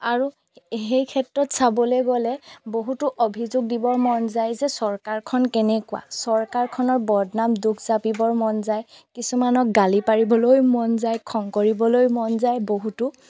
আৰু সেই ক্ষেত্ৰত চাবলৈ গ'লে বহুতো অভিযোগ দিবৰ মন যায় যে চৰকাৰখন কেনেকুৱা চৰকাৰখনৰ বদনাম দুখ জাপিবৰ মন যায় কিছুমানক গালি পাৰিবলৈ মন যায় খং কৰিবলৈ মন যায় বহুতো